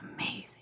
Amazing